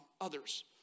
others